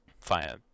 fire